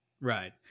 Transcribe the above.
Right